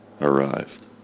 arrived